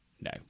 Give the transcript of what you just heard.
No